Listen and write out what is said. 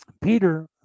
Peter